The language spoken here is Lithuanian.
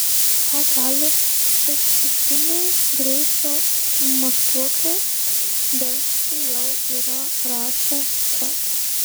ką gali hibridiniai greičio matuokliai delfi jau yra rašę čia